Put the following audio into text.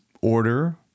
order